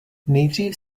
nejdřív